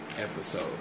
episode